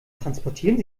transportieren